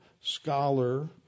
scholar